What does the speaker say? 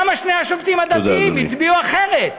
למה שני השופטים הדתיים הצביעו אחרת?